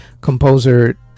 Composer